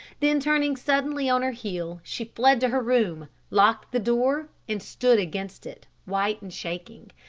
then turning suddenly on her heel, she fled to her room, locked the door and stood against it, white and shaking.